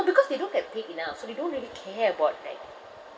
because they don't get paid enough so they don't really care about like